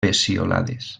peciolades